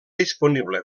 disponible